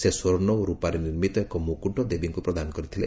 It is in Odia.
ସେ ସ୍ୱର୍ଣ୍ଣ ଓ ରୁପାରେ ନିର୍ମିତ ଏକ ମୁକୁଟ ଦେବୀଙ୍କୁ ପ୍ରଦାନ କରିଥିଲେ